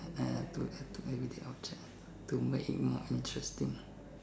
add to an everyday object to make it more interesting